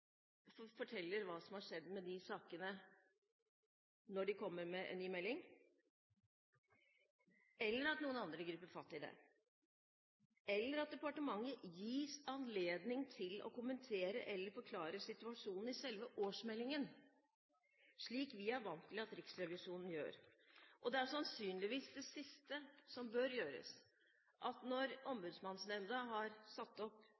etter forteller hva som har skjedd med de sakene når de kommer med en ny melding, at noen andre griper fatt i det, eller at departementet gis anledning til å kommentere eller forklare situasjonen i selve årsmeldingen, slik vi er vant til at Riksrevisjonen gjør. Det er sannsynligvis det siste som bør gjøres, at rapporten sendes til departementet når Ombudsmannsnemnda har satt den opp,